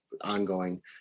ongoing